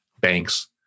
banks